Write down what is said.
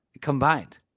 combined